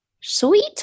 Sweet